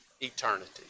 eternity